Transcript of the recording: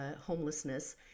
homelessness